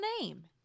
name